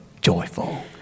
joyful